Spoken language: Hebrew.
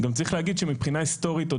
גם צריך להגיד שמבחינה היסטורית עוד